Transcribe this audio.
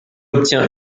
obtient